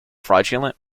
fraudulent